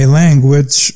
language